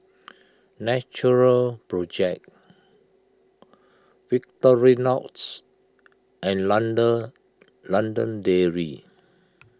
Natural Project Victorinoxs and London London Dairy